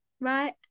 right